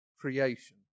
creation